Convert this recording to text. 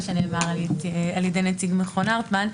על ידי נציג מכון הרטמן,